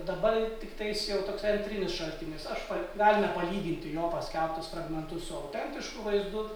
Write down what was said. dabar tiktais jau tokai antrinis šaltinis aš pa galime palyginti jo paskelbtus fragmentus su autentišku vaizdu